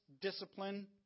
discipline